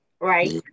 right